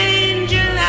angel